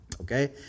okay